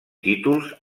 títols